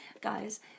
Guys